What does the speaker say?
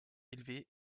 élevée